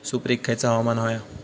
सुपरिक खयचा हवामान होया?